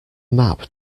map